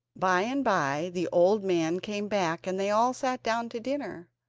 by-and-by the old man came back and they all sat down to dinner.